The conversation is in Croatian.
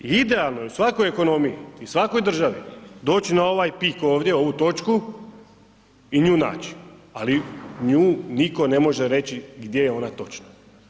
I idealno je u svakoj ekonomiji i svakoj državi doći na ovaj pik ovdje, ovu točku i nju naći, ali nju nitko ne može reći gdje je ona točno.